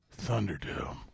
Thunderdome